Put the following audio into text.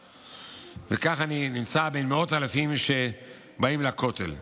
וככה אני נמצא בין מאות אלפים שבאים לכותל.